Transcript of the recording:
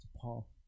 Paul